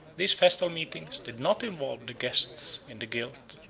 these festal meetings did not involve the guests in the guilt,